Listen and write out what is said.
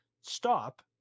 stop